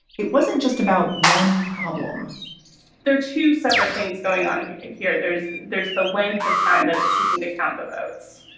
it wasn't just about one problem there are two separate things going on ah here. there's there's the length of time that it's seeking to count the votes.